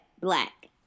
black